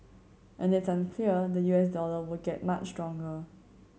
and it's unclear the U S dollar will get much stronger